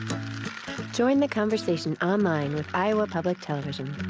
join the conversation online with iowa public television.